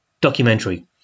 documentary